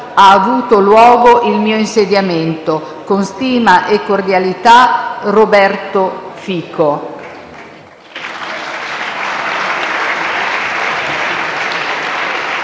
ha avuto luogo il mio insediamento. Con stima e cordialità. F.to: